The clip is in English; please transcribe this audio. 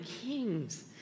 kings